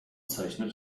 zeichnet